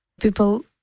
People